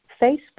Facebook